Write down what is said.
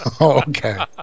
okay